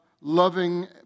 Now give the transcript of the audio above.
loving